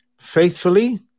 faithfully